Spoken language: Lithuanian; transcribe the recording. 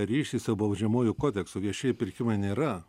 ryšį su baudžiamuoju kodeksu viešieji pirkimai nėra